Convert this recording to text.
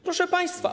Proszę Państwa!